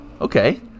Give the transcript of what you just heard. Okay